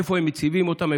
איפה הם מציבים אותם,